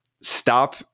stop